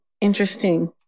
interesting